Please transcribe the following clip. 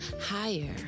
higher